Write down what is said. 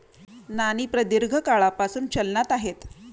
नाणी प्रदीर्घ काळापासून चलनात आहेत